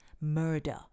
Murder